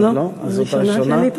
לא, זאת הראשונה שלי.